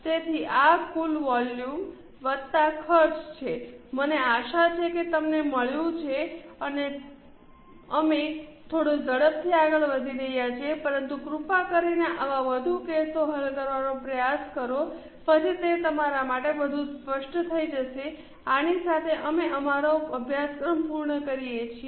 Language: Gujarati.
તેથી આ કુલ વોલ્યુમ વત્તા ખર્ચ છે મને આશા છે કે તમને મળ્યું છે કે અમે થોડો ઝડપથી આગળ વધ્યા છે પરંતુ કૃપા કરીને આવા વધુ કેસો હલ કરવાનો પ્રયાસ કરો અને પછી તે તમારા માટે વધુ સ્પષ્ટ થઈ જશે આની સાથે અમે પણ અમારો અભ્યાસક્રમ પૂર્ણ કરી રહ્યા છીએ